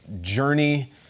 Journey